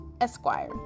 Esquire